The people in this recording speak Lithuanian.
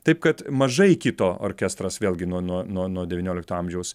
taip kad mažai kito orkestras vėlgi nuo nuo nuo nuo devyniolikto amžiaus